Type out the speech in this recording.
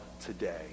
today